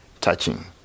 touching